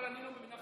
אבל אני לא מבין,